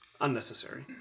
Unnecessary